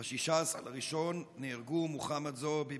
ב-16 בינואר נהרגו מוחמד זועבי,